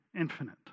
infinite